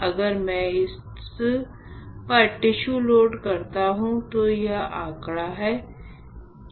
अगर मैं इस पर टिश्यू लोड करता हूं तो यह आंकड़ा है